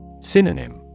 Synonym